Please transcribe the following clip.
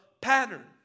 pattern